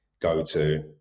go-to